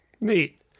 Neat